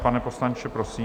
Pane poslanče, prosím.